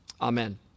amen